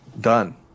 done